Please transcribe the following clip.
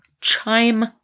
chime